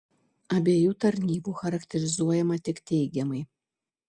abiejų tarnybų charakterizuojama tik teigiamai